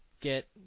get –